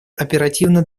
оперативно